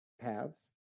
paths